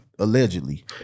Allegedly